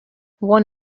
one